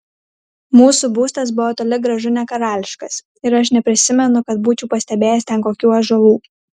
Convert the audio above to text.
mūsų būstas buvo toli gražu ne karališkas ir aš neprisimenu kad būčiau pastebėjęs ten kokių ąžuolų